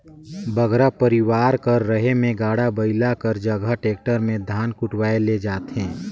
बगरा परिवार कर रहें में गाड़ा बइला कर जगहा टेक्टर में धान कुटवाए ले जाथें